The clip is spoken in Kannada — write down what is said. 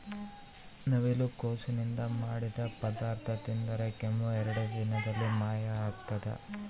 ನವಿಲುಕೋಸು ನಿಂದ ಮಾಡಿದ ಪದಾರ್ಥ ತಿಂದರೆ ಕೆಮ್ಮು ಎರಡೇ ದಿನದಲ್ಲಿ ಮಾಯ ಆಗ್ತದ